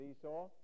Esau